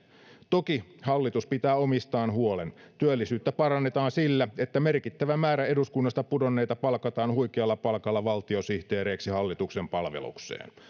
toki hallitus pitää omistaan huolen työllisyyttä parannetaan sillä että merkittävä määrä eduskunnasta pudonneita palkataan huikealla palkalla valtiosihteereiksi hallituksen palvelukseen